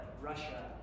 Russia